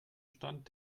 stand